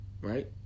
right